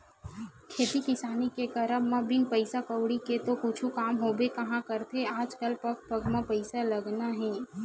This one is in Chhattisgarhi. खेती किसानी के करब म बिन पइसा कउड़ी के तो कुछु काम होबे काँहा करथे आजकल पग पग म पइसा लगना हे